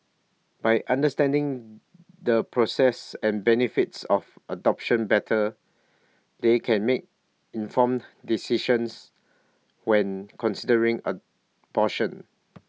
by understanding the process and benefits of adoption better they can make informed decisions when considering abortion